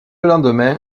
lendemain